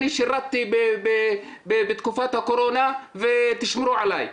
אני שירתי בתקופת הקורונה ותשמרו עלי.